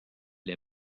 les